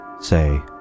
say